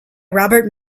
robert